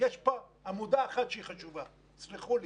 יש בה עמודה אחת שהיא חשובה, תסלחו לי.